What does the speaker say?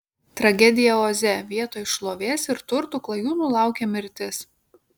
tragedija oze vietoj šlovės ir turtų klajūnų laukė mirtis